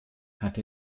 hat